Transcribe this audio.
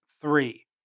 Three